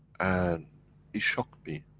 and it shocked me,